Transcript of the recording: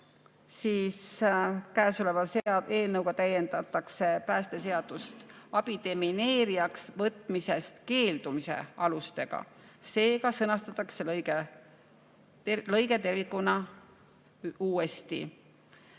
nr 2. Eelnõuga täiendatakse päästeseadust abidemineerijaks võtmisest keeldumise alustega. Lõige sõnastatakse tervikuna uuesti.